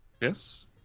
Yes